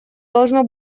должно